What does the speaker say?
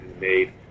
made